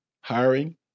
hiring